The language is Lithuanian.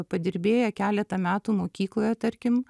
padirbėję keletą metų mokykloje tarkim